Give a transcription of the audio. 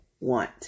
want